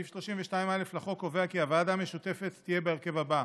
סעיף 32(א) לחוק קובע כי הוועדה המשותפת תהיה בהרכב הבא: